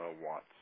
Watts